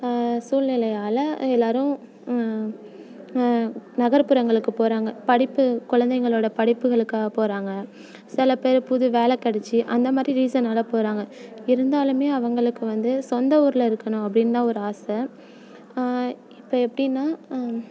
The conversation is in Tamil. சூழ்நிலையால் எல்லாரும் நகர்புறங்களுக்குப் போகிறாங்க படிப்பு குழந்தைங்களோட படிப்புகளுக்காக போகிறாங்க சில பேர் புது வேலை கிடைச்சு அந்தமாதிரி ரீசனால் போகிறாங்க இருந்தாலுமே அவங்களுக்கு வந்து சொந்த ஊரில் இருக்கணும் அப்படின்தான் ஒரு ஆசை இப்போ எப்படின்னா